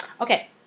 Okay